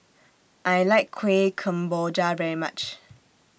I like Kueh Kemboja very much